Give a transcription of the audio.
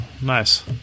nice